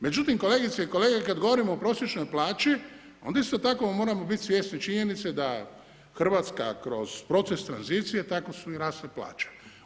Međutim, kolegice i kolege, kad govorimo o prosječnoj plaći, onda isto tako moramo biti svjesni činjenice, da Hrvatska kroz proces tranzicije, tako su i rasle plaće.